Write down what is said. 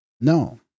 No